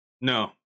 No